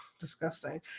disgusting